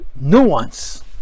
nuance